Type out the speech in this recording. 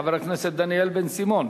חבר הכנסת דניאל בן-סימון.